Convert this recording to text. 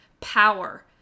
power